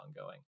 ongoing